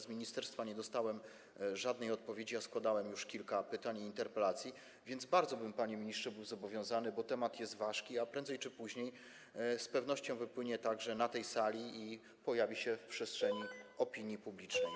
Z ministerstwa nie dostałem żadnej odpowiedzi, a składałem już kilka pytań i interpelacji, więc bardzo bym, panie ministrze, był zobowiązany, bo temat jest ważki i prędzej czy później z pewnością wypłynie także na tej sali i pojawi się w przestrzeni opinii publicznej.